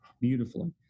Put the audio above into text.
beautifully